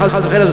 וחס וחלילה,